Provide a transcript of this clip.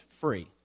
free